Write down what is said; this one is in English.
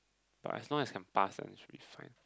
but as long as can pass then is should be fine